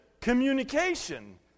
communication